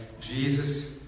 Jesus